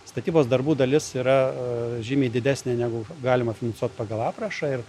statybos darbų dalis yra žymiai didesnė negu galima finansuot pagal aprašą ir